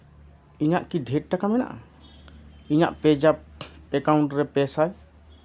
ᱤᱧᱟᱹᱜ ᱠᱤ ᱰᱷᱮᱨ ᱴᱟᱠᱟ ᱢᱮᱱᱟᱜᱼᱟ ᱤᱧᱟᱹᱜ ᱯᱮᱡᱟᱯ ᱮᱠᱟᱣᱩᱱᱴ ᱨᱮ ᱯᱮ ᱥᱟᱭ